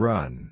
Run